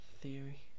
theory